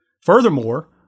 Furthermore